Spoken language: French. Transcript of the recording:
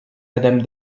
madame